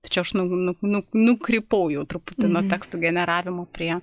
tai čia aš nu nu nu nukrypau jau truputį nuo tekstų generavimo prie